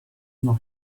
noch